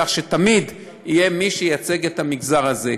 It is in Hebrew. כך שתמיד יהיה מי שייצג את המגזר הזה.